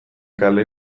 kale